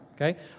okay